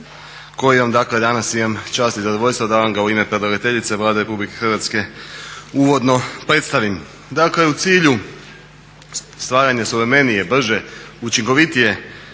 koji danas imam čast i zadovoljstvo da vam ga u ime predlagateljice Vlade Republike Hrvatske uvodno predstavim. Dakle u cilju stvaranja suvremenije, brže, učinkovitije,